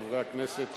חברי הכנסת,